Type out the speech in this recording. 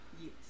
Yes